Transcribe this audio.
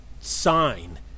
sign